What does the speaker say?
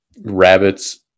rabbits